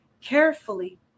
carefully